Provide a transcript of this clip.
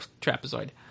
trapezoid